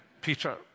Peter